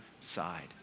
side